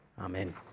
Amen